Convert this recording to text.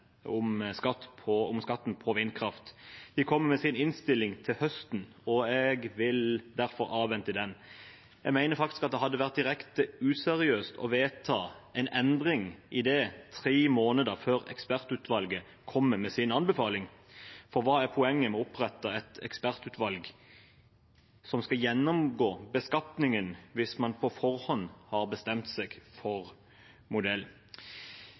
om skatten på vindkraft. De kommer med sin innstilling til høsten, og jeg vil derfor avvente den. Jeg mener faktisk at det hadde vært direkte useriøst å vedta en endring tre måneder før ekspertutvalget kommer med sin anbefaling, for hva er poenget med å opprette et ekspertutvalg som skal gjennomgå beskatningen, hvis man på forhånd har bestemt seg for modell?